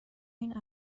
این